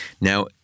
Now